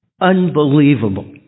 Unbelievable